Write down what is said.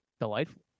Delightful